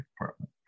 Department